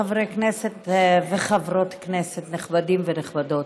חברי כנסת וחברות כנסת נכבדים ונכבדות,